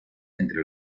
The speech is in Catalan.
entre